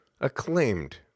acclaimed